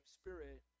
Spirit